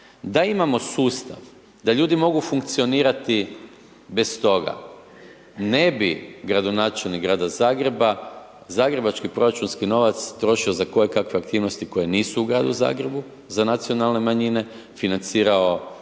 Da imamo sustav, da ljudi mogu funkcionirati bez toga, ne bi gradonačelnik Grada Zagreba, zagrebački proračunski novac trošio za koje kakve aktivnosti koje nisu u Gradu Zagrebu za nacionalne manjine, financirao